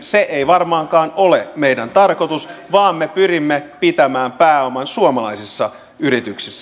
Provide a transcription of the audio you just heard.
se ei varmaankaan ole meidän tarkoituksemme vaan me pyrimme pitämään pääoman suomalaisissa yrityksissä